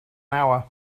hour